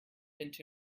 into